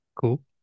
Cool